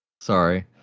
Sorry